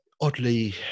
oddly